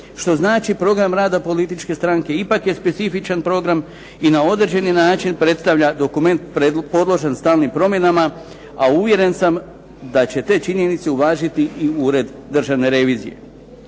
što znači program rada političke stranke ipak je specifičan program i na određeni način predstavlja dokument podložan stalnim promjenama, a uvjeren sam da će te činjenice uvažiti i Ured državne revizije.